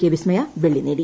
K Vismaya വെള്ളി നേടി